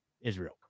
Israel